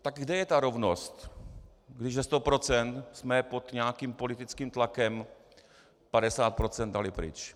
Tak kde je ta rovnost, když ze 100 % jsme pod nějakým politickým tlakem 50 % dali pryč?